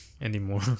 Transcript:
Anymore